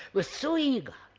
we are so eager,